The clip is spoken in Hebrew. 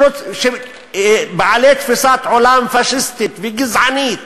בעלי תפיסת עולם פאשיסטית וגזענית,